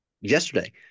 yesterday